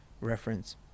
reference